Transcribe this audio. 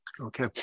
Okay